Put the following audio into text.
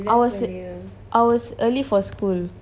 I was ea~ I was early for school